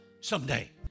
Someday